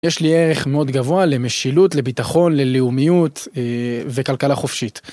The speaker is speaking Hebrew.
יש לי ערך מאוד גבוה למשילות לביטחון ללאומיות וכלכלה חופשית.